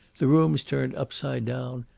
the room's turned upside down,